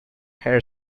her